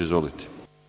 Izvolite.